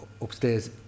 Upstairs